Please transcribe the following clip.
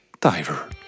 Diver